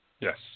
Yes